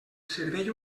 servei